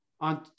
On